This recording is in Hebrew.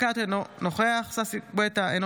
דבי ביטון, אינה